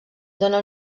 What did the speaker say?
dóna